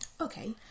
Okay